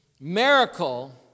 miracle